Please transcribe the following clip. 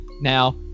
now